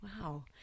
Wow